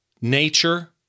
nature